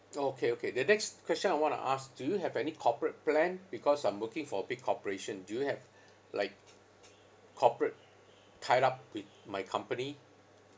okay okay the next question I want to ask do you have any corporate plan because I'm working for a big corporation do you have like corporate tied up with my company